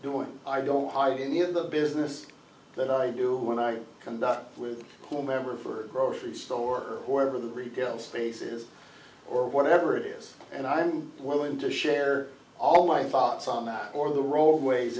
doing i don't hide any of the business that i do when i conduct with whomever for a grocery store or the retail spaces or whatever it is and i'm willing to share all my thoughts on that or the roadways